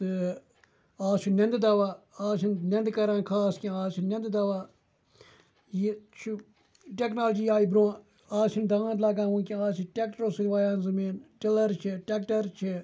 تہٕ اَز چھِ نٮ۪نٛدٕ دوا اَز چھِنہٕ نٮ۪نٛدٕ کَران خاص کینٛہہ اَز چھِ نٮ۪نٛدٕ دوا یہِ چھُ ٹٮ۪کنالجی آے بروںٛہہ اَز چھِنہٕ دانٛد لاگان وۄنۍ کیٚنٛہہ اَز چھِ ٹٮ۪کٹرٛو سۭتۍ وایان زٔمیٖن ٹِلَر چھِ ٹٮ۪کٹَر چھِ